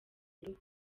uruhu